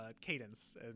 cadence